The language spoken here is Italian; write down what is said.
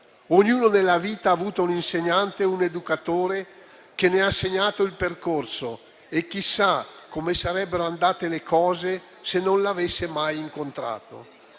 Ognuno nella vita ha avuto un insegnante o un educatore che ne ha segnato il percorso e chissà come sarebbero andate le cose se non l'avesse mai incontrato.